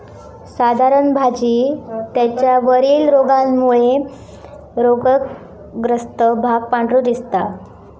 साधारण भाजी त्याच्या वरील रोगामुळे रोगग्रस्त भाग पांढरो दिसता